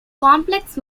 complex